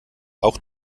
auch